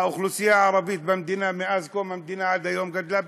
האוכלוסייה הערבית במדינה מאז קום המדינה עד היום גדלה פי-שבעה,